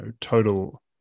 total